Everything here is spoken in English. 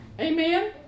Amen